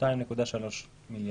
2.3 מיליארד.